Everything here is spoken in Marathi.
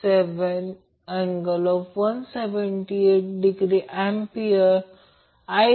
असे केल्यास ते p 3 Vp I p cos होईल